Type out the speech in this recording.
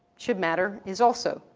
should matter, is also,